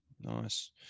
nice